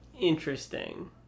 Interesting